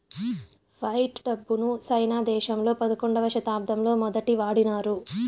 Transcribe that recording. fight డబ్బును సైనా దేశంలో పదకొండవ శతాబ్దంలో మొదటి వాడినారు